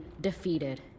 defeated